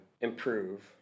improve